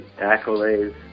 accolades